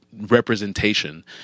representation